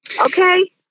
Okay